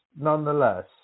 nonetheless